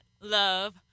love